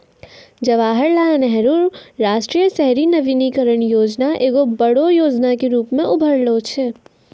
जवाहरलाल नेहरू राष्ट्रीय शहरी नवीकरण योजना एगो बड़ो योजना के रुपो मे उभरलो छै